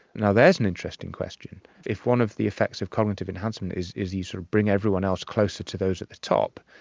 and there's an interesting question. if one of the effects of cognitive enhancement is is you sort of bring everyone else closer to those at the top,